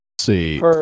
See